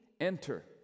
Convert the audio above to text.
enter